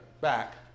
back